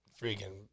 freaking